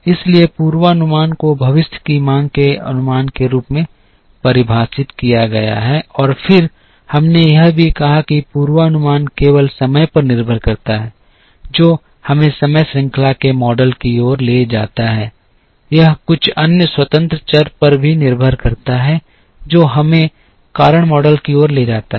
इसलिए पूर्वानुमान को भविष्य की मांग के अनुमान के रूप में परिभाषित किया गया है और फिर हमने यह भी कहा कि पूर्वानुमान केवल समय पर निर्भर कर सकता है जो हमें समय श्रृंखला के मॉडल की ओर ले जाता है यह कुछ अन्य स्वतंत्र चर पर भी निर्भर कर सकता है जो हमें कारण मॉडल की ओर ले जाता है